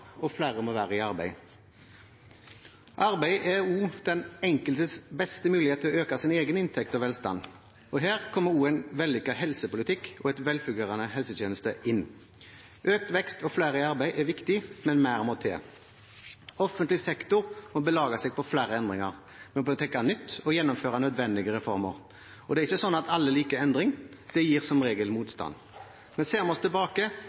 og flere må være i arbeid. Arbeid er også den enkeltes beste mulighet til å øke sin egen inntekt og velstand, og her kommer også en vellykket helsepolitikk og en velfungerende helsetjeneste inn. Økt vekst og flere i arbeid er viktig, men mer må til. Offentlig sektor må belage seg på flere endringer. Vi bør tenke nytt og gjennomføre nødvendige reformer. Det er ikke sånn at alle liker endring, det gir som regel motstand. Men ser vi oss tilbake,